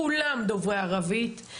כולם דוברי ערבית.